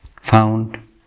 found